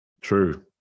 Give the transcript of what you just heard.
True